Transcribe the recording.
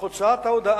אך הוצאת ההודעה,